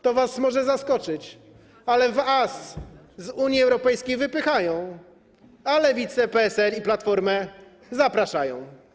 To was może zaskoczyć, ale was z Unii Europejskiej wypychają, a Lewicę, PSL i Platformę zapraszają.